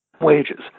wages